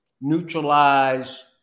neutralize